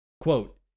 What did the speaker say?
Quote